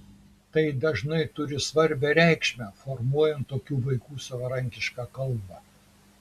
tai dažnai turi svarbią reikšmę formuojant tokių vaikų savarankišką kalbą